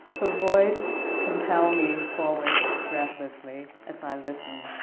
her voice compelled me forward breathlessly as i listened.